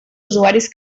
usuaris